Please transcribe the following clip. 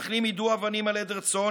מתנחלים יידו אבנים על עדר צאן,